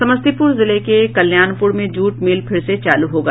समस्तीपुर जिले के कल्याणपुर में जूट मिल फिर से चालू होगा